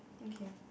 okay